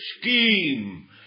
scheme